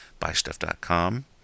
buystuff.com